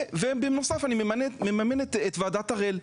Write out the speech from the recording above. ובנוסף אני מממן את ועדת הראל.